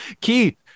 Keith